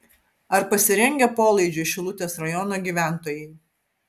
ar pasirengę polaidžiui šilutės rajono gyventojai